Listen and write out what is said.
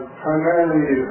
primarily